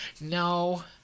No